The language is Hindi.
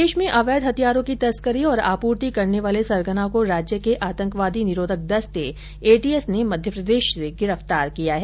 प्रदेश में अवैध हथियारों की तस्करी और आपूर्ति करने वाले सरगना को राज्य के आतंकवादी निरोधक दस्ते एटीएस ने मध्यप्रदेश से गिरफ्तार किया हैं